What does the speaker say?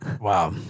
wow